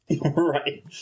Right